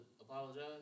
apologize